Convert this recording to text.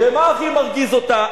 ומה הכי מרגיז אותה?